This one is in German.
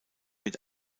mit